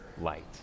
light